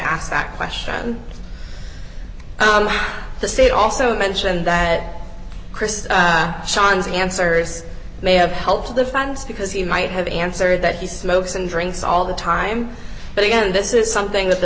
ask that question oh the state also mentioned that chris shawn's answers may have helped the funds because he might have answered that he smokes and drinks all the time but again this is something that the